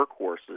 workhorses